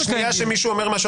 בשנייה שמישהו אומר משהו,